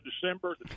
December